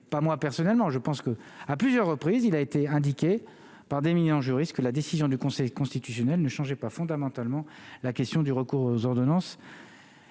pas moi personnellement, je pense que, à plusieurs reprises, il a été indiqué par des millions juriste que la décision du Conseil constitutionnel ne changeait pas fondamentalement la question du recours aux ordonnances.